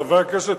חברי הכנסת,